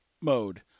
mode